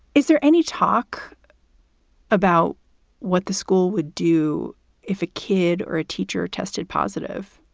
is there any talk about what the school would do if a kid or a teacher tested positive?